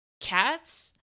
cats